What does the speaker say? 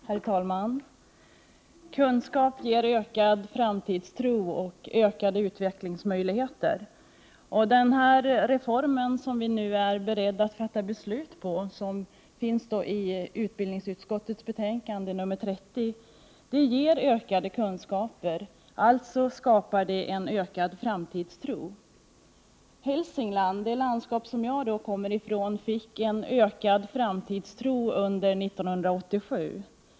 Herr talman! Kunskap ger ökad framtidstro och ökade utvecklingsmöjligheter. Den reform som behandlas i utbildningsutskottets betänkande 30 och som vi nu är beredda att fatta beslut om ger ökade kunskaper. Alltså skapar den en ökad framtidstro. I Hälsingland, det landskap som jag kommer ifrån, ökade framtidstron under 1987.